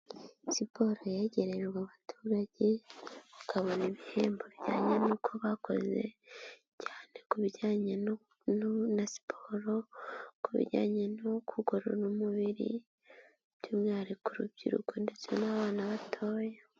Siporo yegererwa abaturage bakabona ibihembo bijyanye n'uko bakoze cyane ku bijyanye na siporo, ku bijyanye no kugorora umubiri by'umwihariko urubyiruko ndetse n'abana batoya.